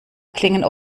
klingen